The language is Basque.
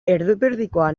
erdipurdikoa